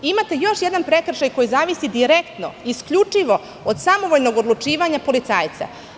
Imate još jedan prekršaj koji zavisi direktno i isključivo od samovoljnog odlučivanja policajca.